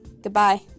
Goodbye